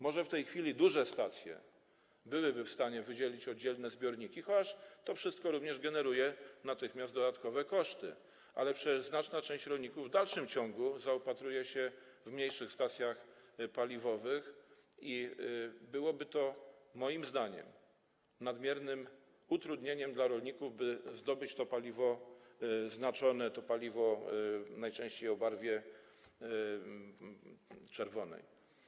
Może w tej chwili duże stacje byłyby w stanie wydzielić oddzielne zbiorniki, chociaż to wszystko również natychmiast generuje dodatkowe koszty, ale przecież znaczna część rolników w dalszym ciągu zaopatruje się w mniejszych stacjach paliwowych i byłoby to, moim zdaniem, nadmiernym utrudnieniem dla rolników, by zdobyć to paliwo znaczone, najczęściej o barwie czerwonej.